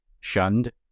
shunned